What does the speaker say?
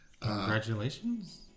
Congratulations